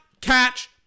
catch